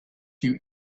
you